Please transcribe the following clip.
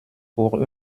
pour